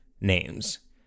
names